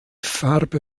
farbe